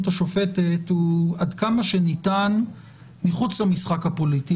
השופטת הוא עד כמה שניתן מחוץ למשחק הפוליטי.